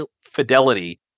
fidelity